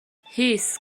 هیس